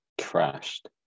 crashed